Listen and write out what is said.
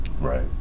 Right